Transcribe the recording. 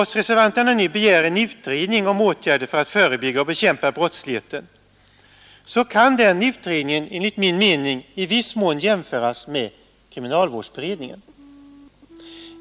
Den utredning om åtgärder för att förebygga och bekämpa brottsligheten som reservanterna begär kan enligt min mening i viss mån jämföras med kriminalvårdsberedningen.